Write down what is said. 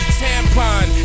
tampon